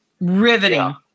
riveting